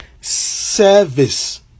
Service